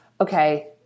okay